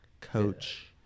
Coach